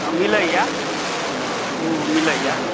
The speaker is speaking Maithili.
हँ मिलैए ओ मिलैए